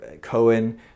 Cohen